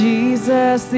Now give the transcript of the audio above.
Jesus